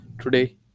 today